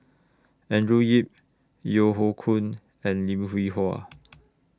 Andrew Yip Yeo Hoe Koon and Lim Hwee Hua